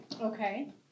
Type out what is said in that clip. Okay